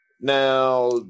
now